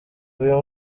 uyu